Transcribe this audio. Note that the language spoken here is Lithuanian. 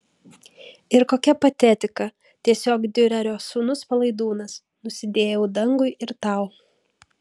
ir kokia patetika tiesiog diurerio sūnus palaidūnas nusidėjau dangui ir tau